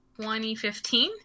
2015